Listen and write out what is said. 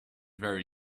very